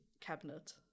cabinet